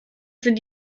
sind